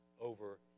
over